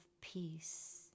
peace